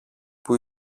που